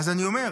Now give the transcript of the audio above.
אני אומר,